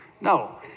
No